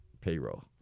payroll